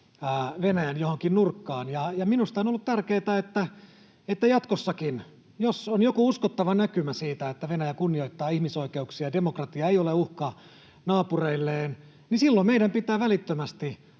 Venäjän johonkin nurkkaan. Minusta on ollut tärkeätä ja on jatkossakin, että jos on joku uskottava näkymä siitä, että Venäjä kunnioittaa ihmisoikeuksia ja demokratiaa eikä ole uhka naapureilleen, niin silloin meidän pitää välittömästi